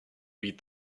read